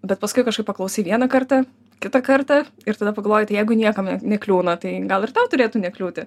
bet paskui kažkaip paklausai vieną kartą kitą kartą ir tada pagalvoji tai jeigu niekam nek nekliūna tai gal ir tau turėtų nekliūti